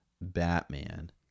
Batman